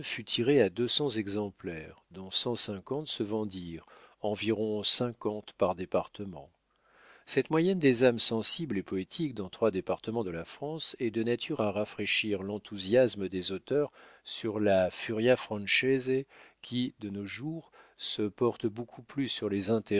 fut tiré à deux cents exemplaires dont cent cinquante se vendirent environ cinquante par département cette moyenne des âmes sensibles et poétiques dans trois départements de la france est de nature à rafraîchir l'enthousiasme des auteurs sur la furia francese qui de nos jours se porte beaucoup plus sur les